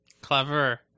Clever